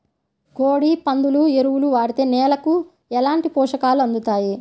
కోడి, పందుల ఎరువు వాడితే నేలకు ఎలాంటి పోషకాలు అందుతాయి